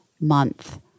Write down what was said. month